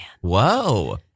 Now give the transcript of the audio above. Whoa